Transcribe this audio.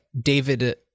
David